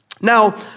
Now